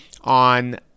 on